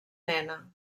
nena